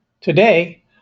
Today